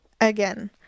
Again